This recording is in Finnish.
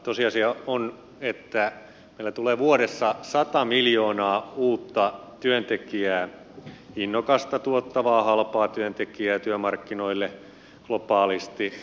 tosiasia on että meillä tulee vuodessa sata miljoonaa uutta työntekijää innokasta tuottavaa halpaa työntekijää työmarkkinoille globaalisti